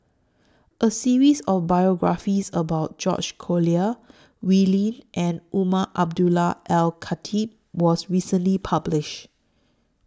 A series of biographies about George Collyer Wee Lin and Umar Abdullah Al Khatib was recently published